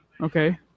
Okay